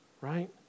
right